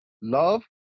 love